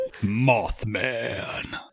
Mothman